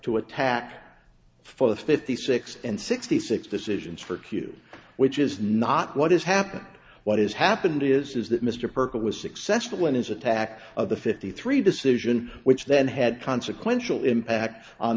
to attack for the fifty six and sixty six decisions for q which is not what has happened what has happened is that mr burke was successful in his attack of the fifty three decision which then had consequential impact on